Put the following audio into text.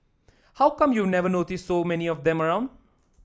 how come you never noticed so many of them around